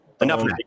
enough